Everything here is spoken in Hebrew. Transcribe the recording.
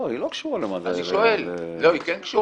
לא, היא לא קשורה ל --- לא, היא כן קשורה.